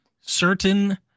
certain